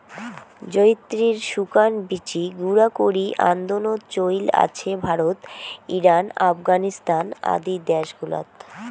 জয়িত্রির শুকান বীচি গুঁড়া করি আন্দনোত চৈল আছে ভারত, ইরান, আফগানিস্তান আদি দ্যাশ গুলাত